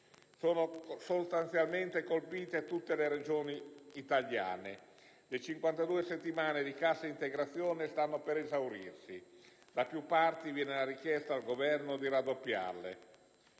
Sono sostanzialmente colpite tutte le Regioni italiane. Le 52 settimane di cassa integrazione stanno per esaurirsi; da più parti viene richiesto al Governo di raddoppiarle: